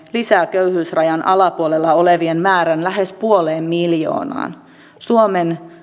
lisää köyhyysrajan alapuolella olevien määrän lähes puoleen miljoonaan suomen